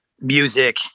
music